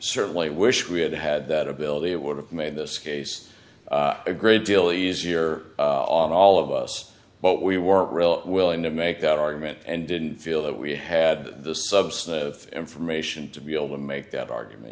certainly wish we had had that ability it would have made this case a great deal easier on all of us but we weren't real willing to make that argument and didn't feel that we had the substantive information to be able to make that argument